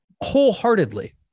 wholeheartedly